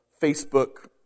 Facebook